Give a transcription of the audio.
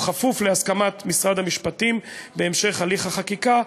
כפוף להסכמת משרד המשפטים בהמשך הליך החקיקה,